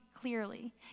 clearly